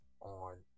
on